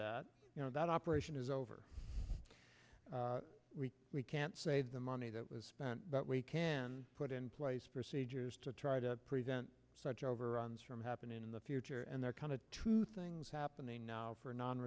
that you know that operation is over we can't save the money that was spent but we can put in place procedures to try to prevent such overruns from happening in the future and they're kind of two things happening now for non